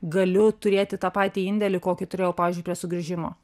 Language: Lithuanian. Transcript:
galiu turėti tą patį indėlį kokį turėjau pavyzdžiui prie sugrįžimo